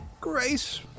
Grace